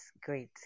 great